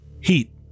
Heat